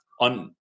on